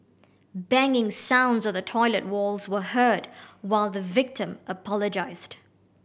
banging sounds on the toilet walls were heard while the victim apologised